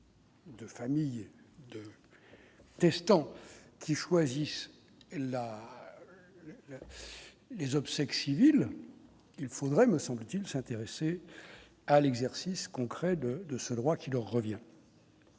la proportion. Testant qui choisissent la les obsèques civiles il faudrait me semble-t-il s'intéresser à l'exercice concret de de ce droit qui leur revient.